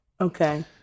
Okay